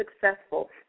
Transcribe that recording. successful